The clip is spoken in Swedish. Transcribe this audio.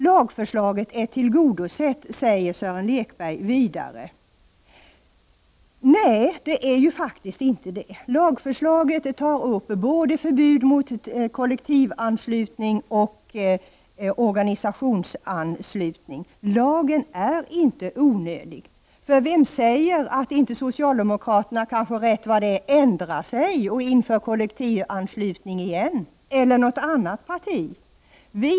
Lagförslaget är tillgodosett, säger Sören Lekberg vidare. Men nej, det är faktiskt inte tillgodosett. Lagförslaget tar upp förbud mot både kollektivanslutning och organisationsanslutning. Lagen är inte onödig. Vem kan säga att inte socialdemokraterna kanske rätt vad det är ändrar sig och inför kollektivanslutning igen eller att något annat parti gör det?